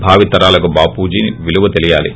భావితరాలకు బాపుజ్ విలువ తెలియాలి